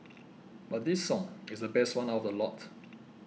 but this song is the best one out of the lot